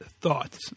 thoughts